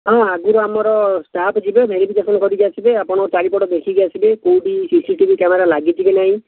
ହଁ ଆଗରୁ ଆମର ଷ୍ଟାଫ୍ ଯିବେ ଭେରିଫିକେସନ୍ କରିକି ଆସିବେ ଆପଣଙ୍କର ଚାରି ପଟ ଦେଖିକି ଆସିବେ କେଉଁଠି ସିସିଟିଭି କ୍ୟାମେରା ଲାଗିଛି କି ନାହିଁ